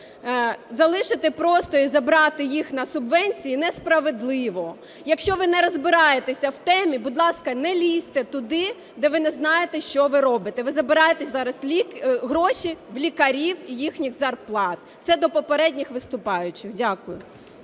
залишити просто і забрати їх на субвенції несправедливо. Якщо ви не розбираєтеся в темі, будь ласка, не лізьте туди, де ви не знаєте, що ви робите. Ви забираєте зараз гроші в лікарів і їхніх зарплат. Це до попередніх виступаючих. Дякую.